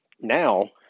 now